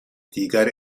دیگر